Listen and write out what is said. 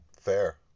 fair